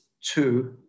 two